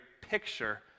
picture